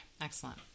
Excellent